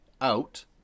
out